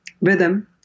rhythm